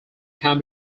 can